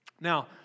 Now